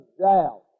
doubt